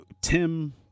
Tim